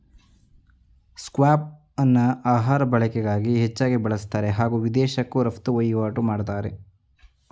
ಸ್ಕ್ವಾಷ್ಅನ್ನ ಆಹಾರ ಬಳಕೆಗಾಗಿ ಹೆಚ್ಚಾಗಿ ಬಳುಸ್ತಾರೆ ಹಾಗೂ ವಿದೇಶಕ್ಕೂ ರಫ್ತು ವಹಿವಾಟು ಮಾಡ್ತಾರೆ